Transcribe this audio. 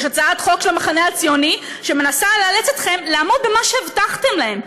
יש הצעת חוק של המחנה הציוני שמנסה לאלץ אתכם לעמוד במה שהבטחתם להם,